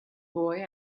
boy